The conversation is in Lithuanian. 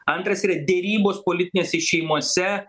antras yra derybos politinėse šeimose